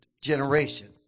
generation